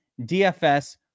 dfs